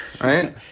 right